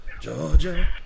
Georgia